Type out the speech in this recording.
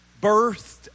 birthed